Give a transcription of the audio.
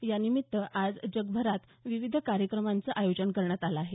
यानिमित्त आज जगभरात विविध कार्यक्रमांचं आयोजन करण्यात आलं आहे